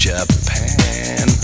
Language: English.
Japan